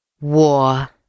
War